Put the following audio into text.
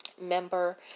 member